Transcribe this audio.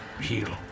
heal